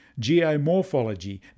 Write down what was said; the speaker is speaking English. geomorphology